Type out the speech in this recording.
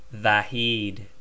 Vahid